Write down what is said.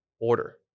order